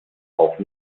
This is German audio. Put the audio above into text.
auch